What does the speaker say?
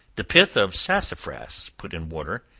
the pith of sassafras put in water,